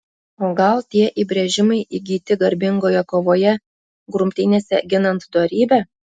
o gal tie įbrėžimai įgyti garbingoje kovoje grumtynėse ginant dorybę